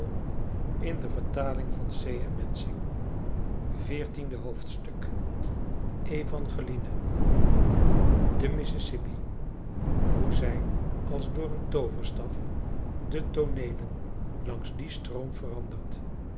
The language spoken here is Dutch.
evangeline de mississippi hoe zijn als door een tooverstaf de tooneelen langs dien stroom veranderd